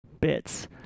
bits